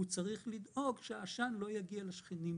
הוא צריך לדאוג שהעשן לא יגיע לשכנים שלו.